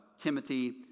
Timothy